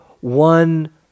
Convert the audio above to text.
one